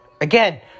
Again